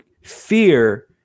fear